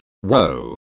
Whoa